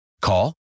Call